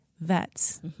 vets